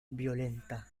violenta